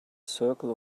circle